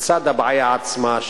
בצד הבעיה עצמה,